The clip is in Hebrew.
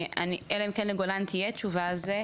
אלא אם כן לגולן תהיה תשובה על זה,